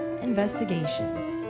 Investigations